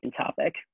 topic